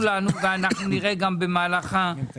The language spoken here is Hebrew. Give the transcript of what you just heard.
בסדר, אז תגידו לנו ואנחנו נראה גם במהלך החקיקה.